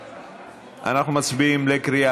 התשע"ט 2018, בקריאה